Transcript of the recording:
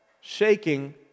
shaking